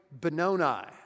Benoni